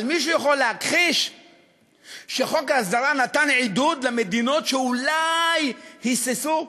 אבל מישהו יכול להכחיש שחוק ההסדרה נתן עידוד למדינות שאולי היססו?